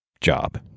job